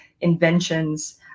inventions